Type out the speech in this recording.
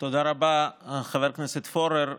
תודה רבה, חבר הכנסת פורר.